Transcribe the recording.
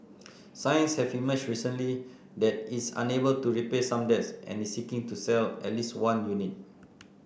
signs have emerged recently that it's unable to repay some debts and is seeking to sell at least one unit